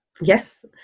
Yes